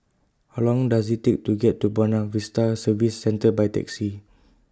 How Long Does IT Take to get to Buona Vista Service Centre By Taxi